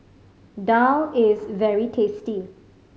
daal is very tasty